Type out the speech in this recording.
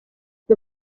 the